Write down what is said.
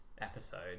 episode